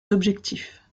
objectifs